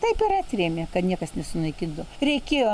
taip ir atrėmė kad niekas nesunaikintų reikėjo